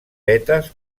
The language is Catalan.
vetes